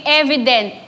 evident